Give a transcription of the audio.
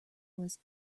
was